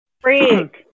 Freak